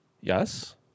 Yes